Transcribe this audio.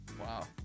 Wow